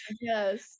Yes